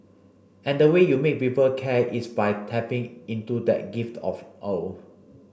and the way you make people care is by tapping into that gift of awe